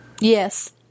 Yes